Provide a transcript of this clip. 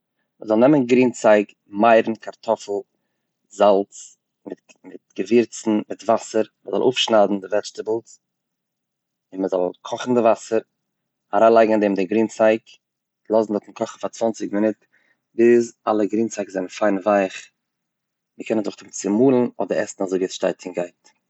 מען זאל נעמען גרינצייג מייערן, קארטאפל, זאלץ, געווירצן מיט וואסער, מ'זאל אויפשניידן די וועדזשטעבלס און מ'זאל קאכן די וואסער, אריינלייגן אין דעם די גרינצייג לאז עס דארטן קאכן פאר צוואנציג מינוט ביז אלע גרינצייג זענען פיין ווייעך, מען קען עס נאכדעם צומאלן אדער עסן אזוי ווי עס שטייט און גייט.